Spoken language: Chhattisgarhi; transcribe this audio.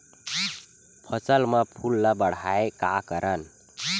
फसल म फूल ल बढ़ाय का करन?